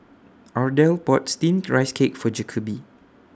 Ardell bought Steamed Rice Cake For Jacoby